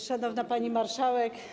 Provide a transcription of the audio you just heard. Szanowna Pani Marszałek!